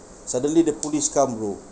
suddenly the police come bro